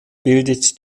bildet